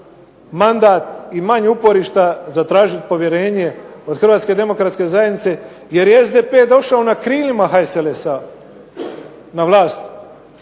mandat i manje uporišta za tražiti povjerenje od HDZ-a, jer je SDP došao na krilima HSLS-a na vlast